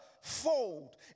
fold